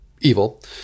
evil